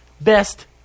best